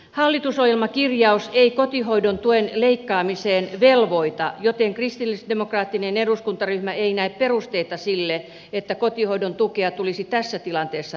hallitusohjelmakirjaus ei kotihoidon tuen leikkaamiseen velvoita joten kristillisdemokraattinen eduskuntaryhmä ei näe perusteita sille että kotihoidon tukea tulisi tässä tilanteessa rajata